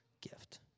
gift